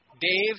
Dave